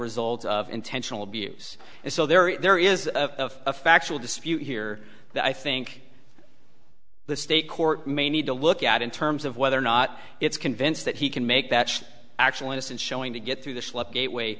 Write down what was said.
result of intentional abuse and so there is a factual dispute here that i think the state court may need to look at in terms of whether or not it's convinced that he can make that actual innocence showing to get through the slip gateway